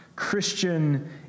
Christian